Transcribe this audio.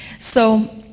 so,